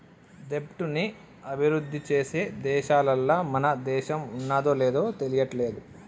దెబ్ట్ ని అభిరుద్ధి చేసే దేశాలల్ల మన దేశం ఉన్నాదో లేదు తెలియట్లేదు